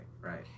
right